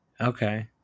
Okay